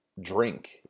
drink